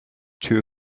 two